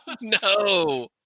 No